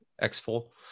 X-Full